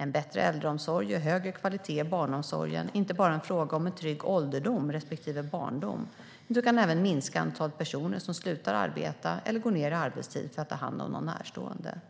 En bättre äldreomsorg och högre kvalitet i barnomsorgen är inte bara en fråga om en trygg ålderdom respektive barndom utan kan även minska antalet personer som slutar arbeta eller går ned i arbetstid för att ta hand om någon närstående.